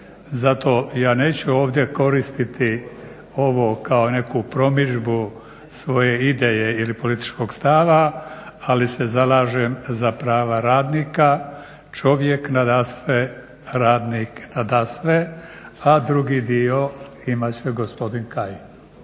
Zato ja neću ovdje koristiti ovo kao neku promidžbu svoje ideje ili političkog stava ali se zalažem za prava radnika "čovjek nadasve, radnik nadasve" a drugi dio imati će gospodin Kajin.